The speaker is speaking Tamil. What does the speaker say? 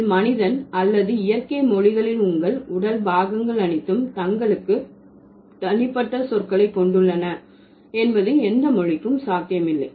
இதில் மனிதன் அல்லது இயற்கை மொழிகளில் உங்கள் உடல் பாகங்கள் அனைத்தும் தங்களுக்கு தனிப்பட்ட சொற்களை கொண்டுள்ளன என்பது எந்த மொழிக்கும் சாத்தியமில்லை